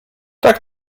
tak